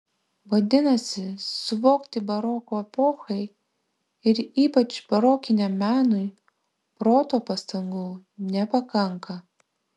vadinasi suvokti baroko epochai ir ypač barokiniam menui proto pastangų nepakanka